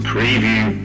Preview